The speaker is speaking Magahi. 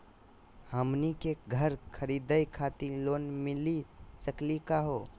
हमनी के घर खरीदै खातिर लोन मिली सकली का हो?